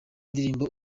harimo